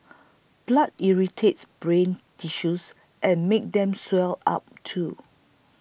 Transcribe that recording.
blood irritates brain tissues and makes them swell up too